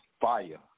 fire